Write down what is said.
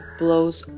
blows